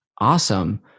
awesome